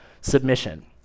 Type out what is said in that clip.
submission